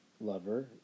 lover